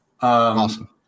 awesome